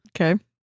Okay